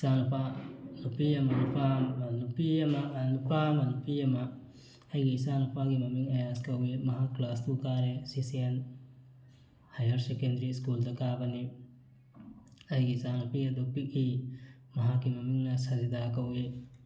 ꯏꯆꯥ ꯅꯨꯄꯥ ꯅꯨꯄꯤ ꯑꯃ ꯅꯨꯄꯥ ꯑꯃꯅꯤ ꯅꯨꯄꯤ ꯑꯃ ꯅꯨꯄꯥ ꯑꯃ ꯅꯨꯄꯤ ꯑꯃ ꯑꯩꯒꯤ ꯏꯆꯥ ꯅꯨꯄꯥꯒꯤ ꯃꯃꯤꯡ ꯑꯌꯥꯖ ꯀꯧꯋꯤ ꯃꯍꯥꯛ ꯀ꯭ꯂꯥꯁ ꯇꯨ ꯀꯥꯔꯦ ꯁꯤꯁꯤꯑꯦꯟ ꯍꯥꯌꯥꯔ ꯁꯦꯀꯦꯟꯗꯔꯤ ꯁ꯭ꯀꯨꯜꯗ ꯀꯥꯕꯅꯤ ꯑꯩꯒꯤ ꯏꯆꯥ ꯅꯨꯄꯤ ꯑꯗꯨ ꯄꯤꯛꯏ ꯃꯍꯥꯛꯀꯤ ꯃꯃꯤꯡꯅ ꯁꯖꯤꯗꯥ ꯀꯧꯋꯤ